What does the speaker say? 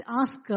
ask